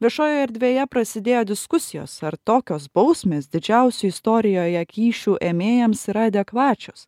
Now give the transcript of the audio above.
viešojoje erdvėje prasidėjo diskusijos ar tokios bausmės didžiausių istorijoje kyšių ėmėjams yra adekvačios